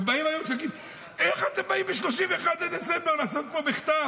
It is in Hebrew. ובאים היום ואומרים: איך אתם באים ב-31 בדצמבר לעשות פה מחטף.